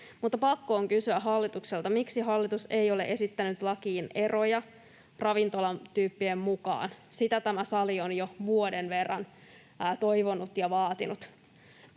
Mutta pakko on kysyä hallitukselta, miksi hallitus ei ole esittänyt lakiin eroja ravintolatyyppien mukaan. Sitä tämä sali on jo vuoden verran toivonut ja vaatinut.